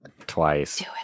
Twice